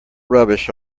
rubbish